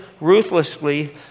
ruthlessly